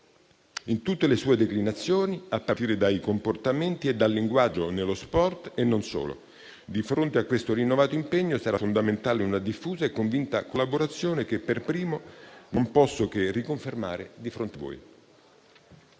in tutte le sue declinazioni, a partire dai comportamenti e dal linguaggio nello sport e non solo. Di fronte a questo rinnovato impegno, sarà fondamentale una diffusa e convinta collaborazione che per primo non posso che riconfermare di fronte a voi.